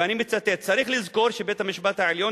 ואני מצטט: צריך לזכור שבית-המשפט העליון,